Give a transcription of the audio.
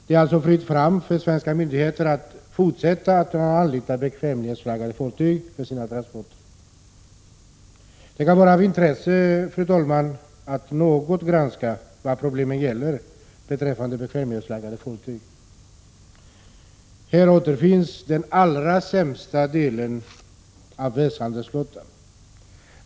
Det är alltså fritt fram för svenska myndigheter att fortsätta att anlita bekvämlighetsflaggade fartyg för sina transporter. Det kan vara av intresse, fru talman, att något granska de problem som gäller bekvämlighetsflaggade fartyg. Här återfinns den allra sämsta delen av världshandelsflottan.